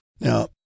Now